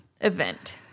event